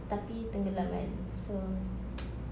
tapi tenggelaman kan so